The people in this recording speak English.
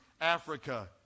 Africa